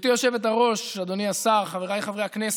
גברתי היושבת-ראש, אדוני השר, חבריי חברי הכנסת,